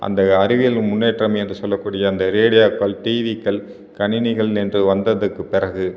அந்த அறிவியல் முன்னேற்றம் என்று சொல்லக்கூடிய அந்த ரேடியாக்கள் டிவிக்கள் கணினிகள் என்று வந்ததுக்கு பிறகு